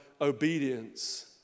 obedience